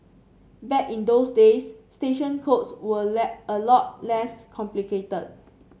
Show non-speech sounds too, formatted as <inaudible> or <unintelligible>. back in those days station codes were a <unintelligible> a lot less complicated